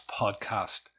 Podcast